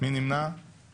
ננעלה בשעה